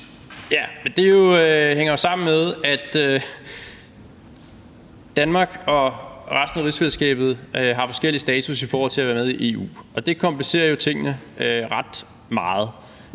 Ja, men det hænger jo sammen med, at Danmark og resten af rigsfællesskabet har forskellig status i forhold til at være med i EU. Det komplicerer jo tingene ret meget.